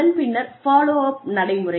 அதன் பின்னர் follow up நடைமுறை